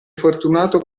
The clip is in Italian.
fortunato